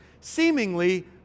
seemingly